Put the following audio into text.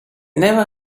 never